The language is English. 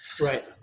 Right